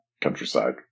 countryside